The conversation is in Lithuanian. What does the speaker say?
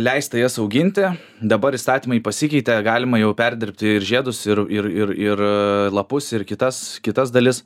leista jas auginti dabar įstatymai pasikeitė galima jau perdirbti ir žiedus ir ir ir ir lapus ir kitas kitas dalis